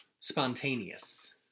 spontaneous